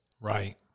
Right